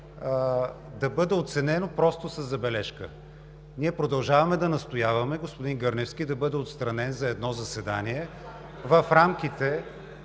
да бъде оценено просто със „забележка“. Ние продължаваме да настояваме господин Гърневски да бъде отстранен за едно заседание в рамките